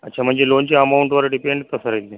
अच्छा म्हणजे लोनच्या अमाऊंटवर डिपेंड तसं राहील जे